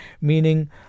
meaning